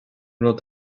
rud